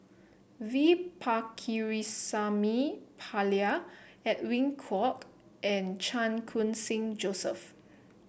V Pakirisamy Pillai Edwin Koek and Chan Khun Sing Joseph